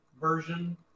version